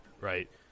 right